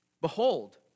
Behold